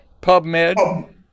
PubMed